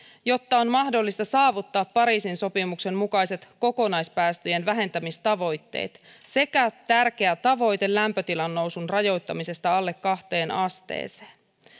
jotta on mahdollista saavuttaa pariisin sopimuksen mukaiset kokonaispäästöjen vähentämistavoitteet sekä tärkeä tavoite lämpötilan nousun rajoittamisesta alle kahteen asteeseen